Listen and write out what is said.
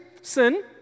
Sin